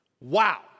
Wow